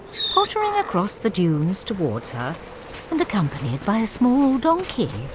pottering across the dunes towards her and accompanied by a small donkey.